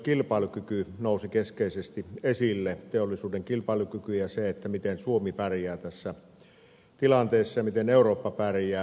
silloin nousi keskeisesti esille myös teollisuuden kilpailukyky ja se miten suomi pärjää tässä tilanteessa ja miten eurooppa pärjää